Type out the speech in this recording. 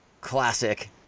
classic